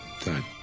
time